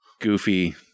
goofy